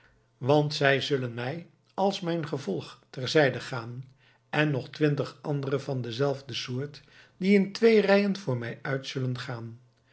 want zij zullen mij als mijn gevolg ter zijde gaan en nog twintig andere van dezelfde soort die in twee rijen voor mij uit zullen gaan